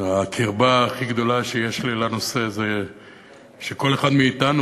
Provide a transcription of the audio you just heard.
הקרבה הכי גדולה שיש לי לנושא זה שכל אחד מאתנו,